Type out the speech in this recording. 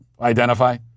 identify